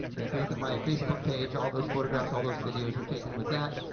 if you look at my facebook page, all those photographs, all those videos are taken with that,